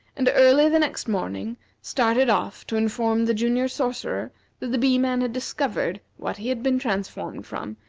and early the next morning started off to inform the junior sorcerer that the bee-man had discovered what he had been transformed from,